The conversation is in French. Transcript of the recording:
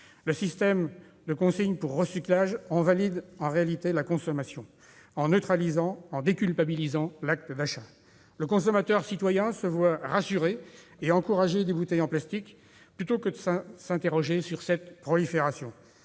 Le système de consigne pour recyclage valide en réalité la consommation de plastique, en déculpabilisant l'acte d'achat. Le consommateur-citoyen se voit rassuré et encouragé à acheter des bouteilles en plastique plutôt que de s'interroger sur leur prolifération.